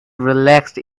relaxed